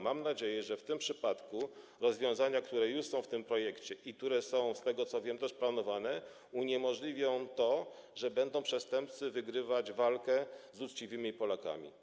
Mam nadzieję, że w tym przypadku rozwiązania, które są w tym projekcie, i te, które, z tego, co wiem, są planowane, uniemożliwią to, że przestępcy będą wygrywać walkę z uczciwymi Polakami.